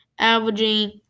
Averaging